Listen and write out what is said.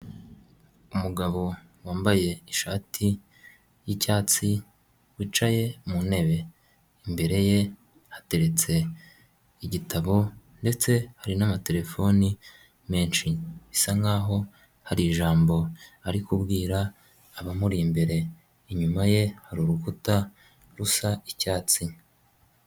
Umugabo wambaye ishati yicyatsi, wicaye mu ntebe. Imbere ye hateretse igitabo ndetse hari n'amatelefone menshi. Bisa nkaho hari ijambo ari kubwira abamuri imbere. Inyuma ye hari urukuta rusa icyatsi.